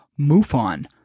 MUFON